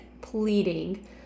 pleading